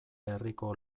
herriko